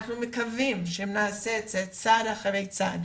אנחנו מקווים שנעשה את זה צעד אחרי צעד